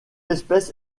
espèce